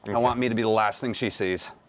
you know want me to be the last thing she sees.